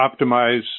optimize